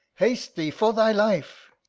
haste thee for thy life.